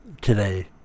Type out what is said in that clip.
today